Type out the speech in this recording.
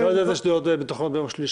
אני לא יודע אם מתוכננות שדולות ביום שלישי.